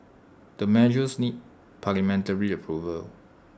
the measures need parliamentary approval